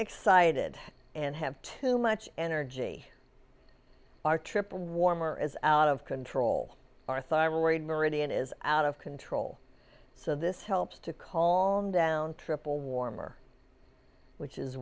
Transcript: excited and have too much energy our trip warmer is out of control our thyroid meridian is out of control so this helps to call him down triple warmer which is